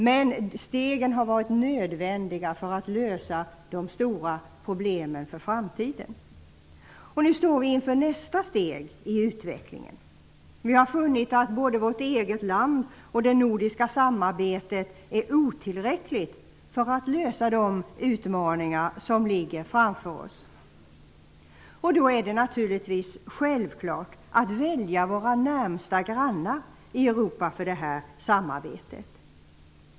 Men stegen har varit nödvändiga för att lösa de stora problemen för framtiden. Nu står vi inför nästa steg i utvecklingen. Vi har funnit att varken vårt eget land eller de nordiska länderna tillsammans klarar de utmaningar som ligger framför oss. Då är det självklart att vi väljer våra närmaste grannar i Europa för samarbete.